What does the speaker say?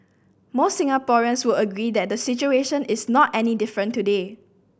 most Singaporeans would agree that the situation is not any different today